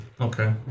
okay